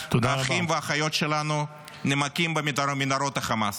101 אחים ואחיות שלנו נמקים במנהרות החמאס.